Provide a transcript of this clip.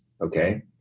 okay